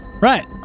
right